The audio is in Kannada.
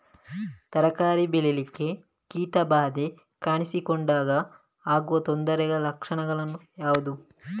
ತರಕಾರಿ ಬೆಳೆಗಳಿಗೆ ಕೀಟ ಬಾಧೆ ಕಾಣಿಸಿಕೊಂಡಾಗ ಆಗುವ ತೊಂದರೆಗಳ ಲಕ್ಷಣಗಳು ಯಾವುವು?